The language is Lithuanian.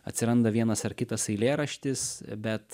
atsiranda vienas ar kitas eilėraštis bet